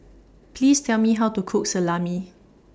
Please Tell Me How to Cook Salami